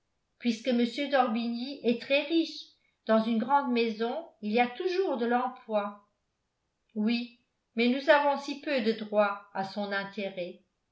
puisque m d'orbigny est très-riche dans une grande maison il y a toujours de l'emploi oui mais nous avons si peu de droits à son intérêt